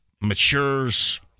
matures